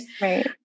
Right